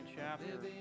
chapter